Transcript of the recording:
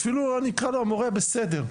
אפילו לא נקרא לו "המורה הבסדר".